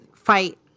fight